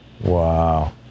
Wow